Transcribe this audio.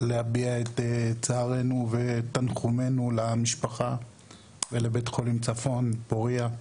להביע את תנחומיי למשפחה ולבית חולים צפון פוריה.